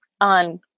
on